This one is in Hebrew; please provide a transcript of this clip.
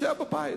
תישאר בבית.